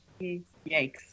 Yikes